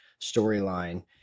storyline